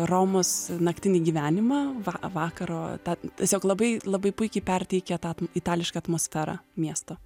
romos naktinį gyvenimą va vakaro tą tiesiog labai labai puikiai perteikia tą itališką atmosferą miesto